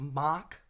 mock